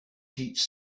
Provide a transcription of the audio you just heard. teach